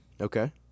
Okay